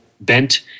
bent